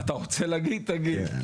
אתה רוצה להגיד תגיד,